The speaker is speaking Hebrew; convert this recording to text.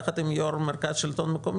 יחד עם יו"ר המרכז המקומי,